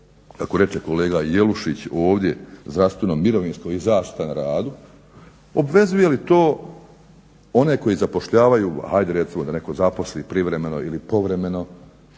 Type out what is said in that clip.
kako reče kolega Jelušić ovdje zdravstveno-mirovinskom i zaštita na radu obvezuje li to one koji zapošljavaju ajde recimo da netko zaposli privremeno ili povremeno